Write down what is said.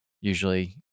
usually